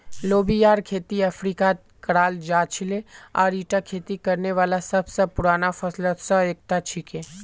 लोबियार खेती अफ्रीकात कराल जा छिले आर ईटा खेती करने वाला सब स पुराना फसलत स एकता छिके